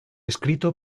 escrito